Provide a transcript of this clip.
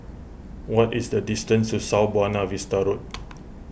what is the distance to South Buona Vista Road